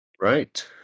Right